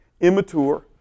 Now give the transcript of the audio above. immature